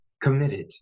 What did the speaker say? committed